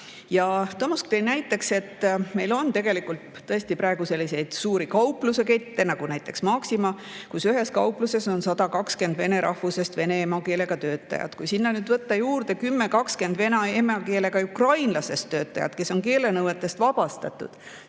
Tomusk tõi näiteks, et meil on praegu selliseid suuri kauplusekette, nagu näiteks Maxima, kus ühes kaupluses on 120 vene rahvusest vene emakeelega töötajat. Kui sinna võtta juurde 10–20 vene emakeelega ukrainlasest töötajat, kes on keelenõuetest vabastatud,